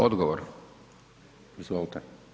Odgovor, izvolite.